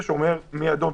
שאומר מי אדום